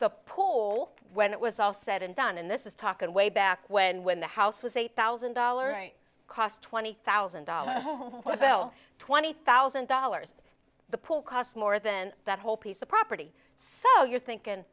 the poll when it was all said and done and this is talk and way back when when the house was eight thousand dollars cost twenty thousand dollars bill twenty thousand dollars the pool cost more than that whole piece of property so you're thinking